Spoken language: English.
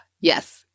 yes